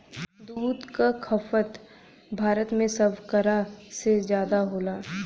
दूध क खपत भारत में सभकरा से जादा होला